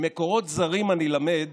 ממקורות זרים אני למד